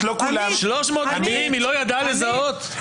300 מקרים היא לא ידעה לזהות?